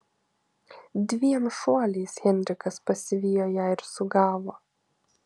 dviem šuoliais henrikas pasivijo ją ir sugavo